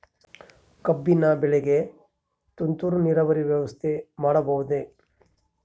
ಕಬ್ಬಿನ ಬೆಳೆಗೆ ತುಂತುರು ನೇರಾವರಿ ವ್ಯವಸ್ಥೆ ಮಾಡಬಹುದೇ?